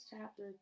chapter